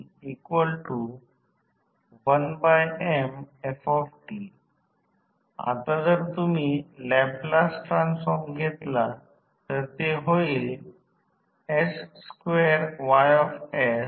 म्हणजेच VA auto VA two winding transformer पेक्षा जास्त आहे ते VA autoम्हणजे ऑटोट्रान्सफॉर्मर चे व्होल्ट अँपीयर रेटिंग 2 विंडिंग ट्रान्सफॉर्मरचे व्होल्ट अॅम्पीयर रेटिंग पेक्षा मोठे असेल